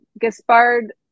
Gaspard